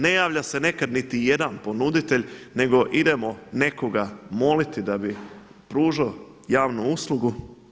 Ne javlja se nekada niti jedan ponuditelj nego idemo nekoga moliti da bi pružao javnu uslugu.